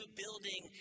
building